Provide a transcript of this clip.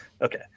Okay